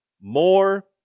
more